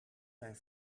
zijn